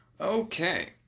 Okay